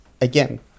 again